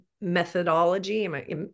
methodology